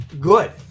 good